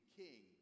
king